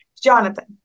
Jonathan